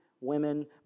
women